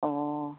অঁ